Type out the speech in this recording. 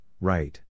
Right